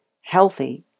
healthy